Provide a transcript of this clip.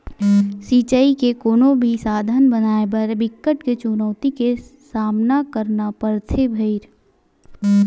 सिचई के कोनो भी साधन बनाए बर बिकट के चुनउती के सामना करना परथे भइर